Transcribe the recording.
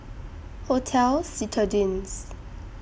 Hotel Citadines